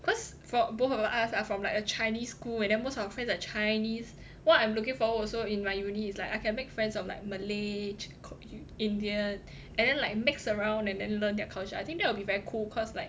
cause for both of us are from like a chinese school and then most of our friends like chinese what I'm looking forward also in my uni is like I can make friends of like malay chi~ called indian and then like mix around and then learn their culture I think that will be very cool cause like